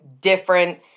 different